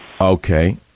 Okay